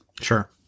Sure